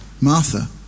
Martha